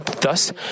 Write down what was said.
Thus